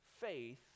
faith